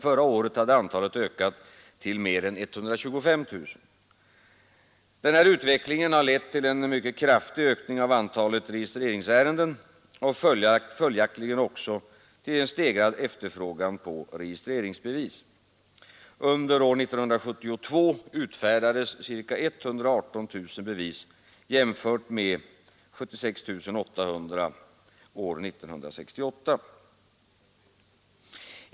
Förra året hade antalet ökat till mer än 125 000. Denna utveckling har lett till en mycket kraftig ökning av antalet registreringsärenden och följaktligen också till en stegrad efterfrågan på registreringsbevis. Under år 1972 utfärdades ca 118 000 bevis jämfört med 76 800 år 1968.